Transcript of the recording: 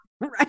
Right